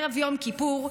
ערב יום כיפור,